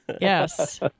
Yes